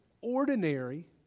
ordinary